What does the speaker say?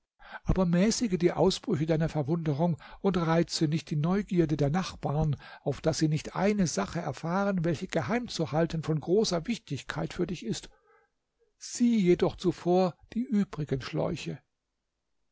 aber mäßige die ausbrüche deiner verwunderung und reize nicht die neugierde der nachbarn auf daß sie nicht eine sache erfahren welche geheim zu halten von großer wichtigkeit für dich ist sieh jedoch zuvor die übrigen schläuche